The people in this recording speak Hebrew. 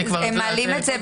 יש